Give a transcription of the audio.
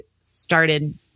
started